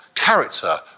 Character